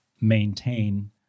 maintain